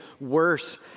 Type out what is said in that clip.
worse